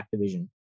Activision